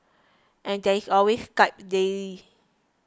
and there is always Skype daily